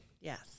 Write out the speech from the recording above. Yes